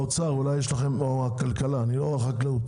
משרד האוצר או הכלכלה או החקלאות,